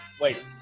Wait